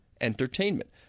entertainment